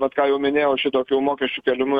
vat ką jau minėjau šitokiu mokesčių kėlimu